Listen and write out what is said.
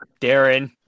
Darren